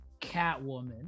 Catwoman